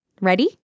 Ready